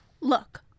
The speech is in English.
Look